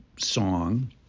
song